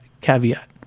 caveat